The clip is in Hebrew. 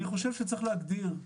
אני חושב שצריך להגדיר.